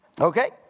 Okay